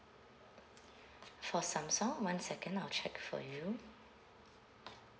for samsung one second I'll check for you